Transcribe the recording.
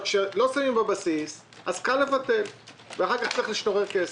כשלא שמים בבסיס אז קל לבטל ואחר-כך צריך לשונרר כסף.